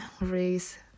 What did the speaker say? race